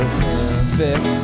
perfect